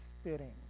spitting